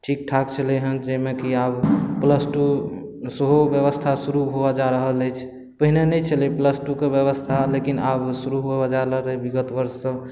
ठीक ठाक छलै हँ जाहिमे कि आब प्लस टू सेहो ब्यबस्था शुरू हुअ जा रहल अछि पहिने नहि छलै हँ प्लस टूके ब्यबस्था लेकिन आब शुरू हुअ जा रहलै बिगत बर्षसँ